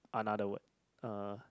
another word uh